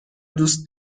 دوست